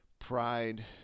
pride